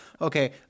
Okay